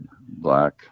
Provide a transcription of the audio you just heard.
black